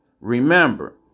Remember